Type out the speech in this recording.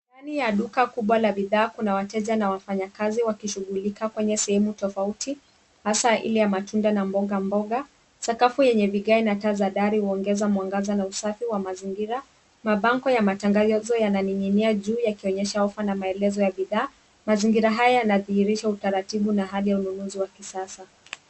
Ndani ya duka kubwa la bidhaa kuna wateja na wafanyakazi waki wakishughulika kwenye sehemu tofauti hasa ile ya matunda na mboga mboga. Sakafu yenye vigae na taa dari huongeza mwangaza na usafi wa mazingira. Mabango ya matangazo yananing'inia juu yakionyesha offer na maelezo ya bidhaa mazingira haya yanadhihirisha utaratibu na hali ya ununuzi wa kisasa.